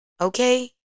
Okay